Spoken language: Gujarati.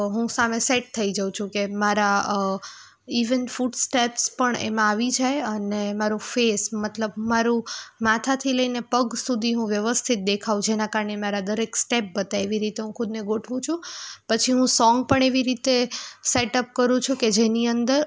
હું સામે સેટ થઈ જાઉં છું કે મારા ઇવન ફૂટ સ્ટેપ્સ પણ એમાં આવી જાય અને મારો ફેસ મતલબ મારું માથાથી લઈને પગ સુધી હું વ્યવસ્થિત દેખાઉં જેના કારણે મારા દરેક સ્ટેપ બતાય એવી રીતે હું ખુદને ગોઠવું છું પછી હું સોંગ પણ એવી રીતે સેટઅપ કરું છું કે જેની અંદર